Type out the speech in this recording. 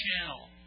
Channel